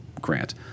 Grant